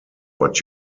but